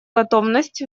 готовность